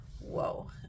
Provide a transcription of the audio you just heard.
whoa